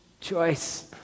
choice